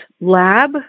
lab